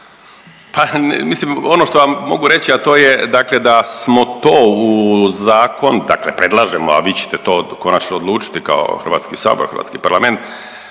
Pa mislim ono što vam mogu reći, a to je dakle da smo to u zakon dakle predlažemo, a vi ćete to konačno odlučiti kao Hrvatski sabor, hrvatski parlament.